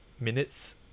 minutes